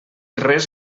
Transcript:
res